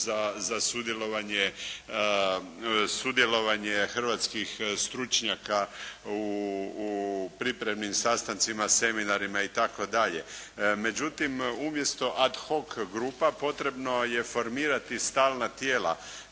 za sudjelovanje hrvatskih stručnjaka u pripremnim sastancima, seminarima itd. Međutim umjesto ad hoc grupa potrebno je formirati stalna tijela,